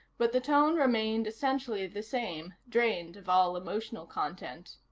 but the tone remained essentially the same, drained of all emotional content.